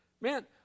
Man